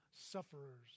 sufferers